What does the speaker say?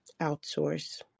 outsource